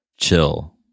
chill